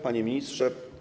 Panie Ministrze!